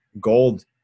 gold